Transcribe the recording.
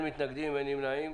אין מתנגדים, אין נמנעים.